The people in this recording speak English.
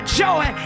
joy